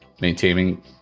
maintaining